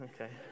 Okay